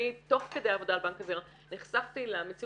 אני תוך כדי עבודה על בנק הזרע נחשפתי למציאות